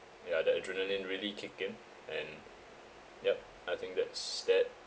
ya the adrenalin really kick in and yup I think that's that